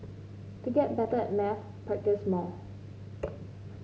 to get better at maths practise more